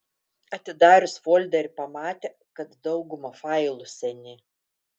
atidarius folderį pamatė kad dauguma failų seni